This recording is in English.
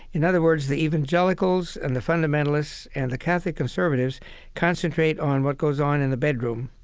in other words, the evangelicals and the fundamentalists and the catholic conservatives concentrate on what goes on in the bedroom,